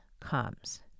comes